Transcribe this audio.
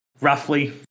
roughly